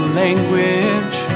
language